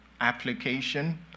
application